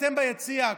אתם ביציע,